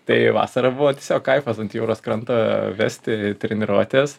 tai vasara buvo tiesiog kaifas ant jūros kranto vesti treniruotes